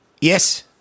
Yes